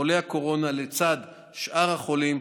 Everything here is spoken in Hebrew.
חולי הקורונה לצד שאר החולים,